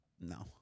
No